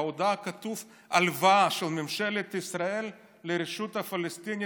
בהודעה כתוב: הלוואה של ממשלת ישראל לרשות הפלסטינית,